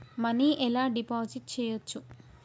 Money ఎలా deposit చేయచ్చు?